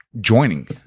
joining